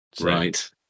Right